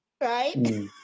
right